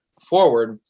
forward